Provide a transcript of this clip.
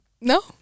No